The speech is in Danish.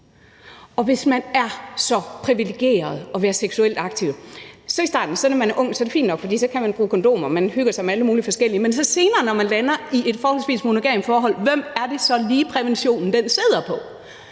Og hvis man er så privilegeret at være seksuelt aktiv, er det i starten, når man er ung, fint nok, fordi man så kan bruge kondomer, og man hygger sig med alle mulige forskellige, men når man senere lander i et forholdsvis monogamt forhold, hvem er det så lige præventionen sidder på?